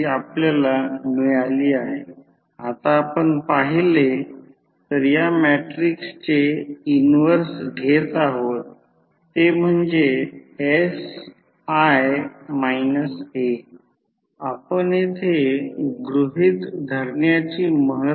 म्हणून एकतर V1 V2 N1 N2 लिहू शकतो किंवा करंटच्या बाबतीत ते I2 I1 N1 N2 असेल म्हणजे N1 I1 N2 I2 आहे